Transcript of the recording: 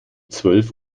zwölf